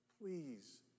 Please